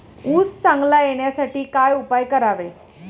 ऊस चांगला येण्यासाठी काय उपाय करावे?